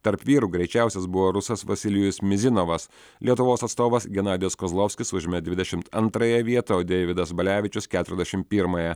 tarp vyrų greičiausias buvo rusas vasilijus mizinovas lietuvos atstovas genadijus kozlovskis užėmė dvidešimt antrąją vietą o deividas balevičius keturiasdešim pirmąją